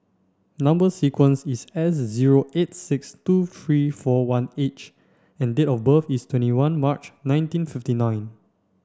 number sequence is S zero eight six two three four one H and date of birth is twenty one March nineteen fifty nine